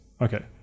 Okay